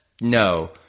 No